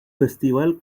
festival